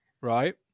Right